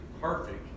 perfect